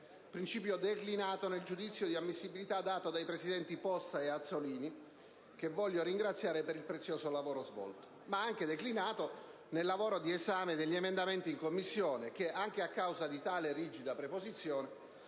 principio declinato nel giudizio di ammissibilità dato dai presidenti Possa e Azzollini (che voglio ringraziare per il prezioso lavoro svolto), ma anche nel lavoro di esame degli emendamenti in Commissione che, anche a causa di tale rigida preposizione,